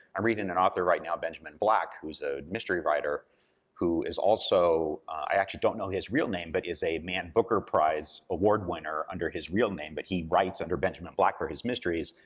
i'm reading an author now, benjamin black, who's a mystery writer who is also, i actually don't know his real name, but is a man booker prize award winner under his real name, but he writes under benjamin black for his mysteries,